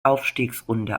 aufstiegsrunde